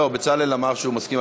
בצלאל אמר שהוא מסכים.